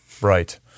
right